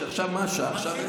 מה השעה עכשיו?